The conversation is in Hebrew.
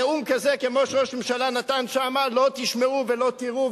נאום כזה כמו שראש הממשלה נתן שם לא תשמעו ולא תראו.